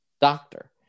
doctor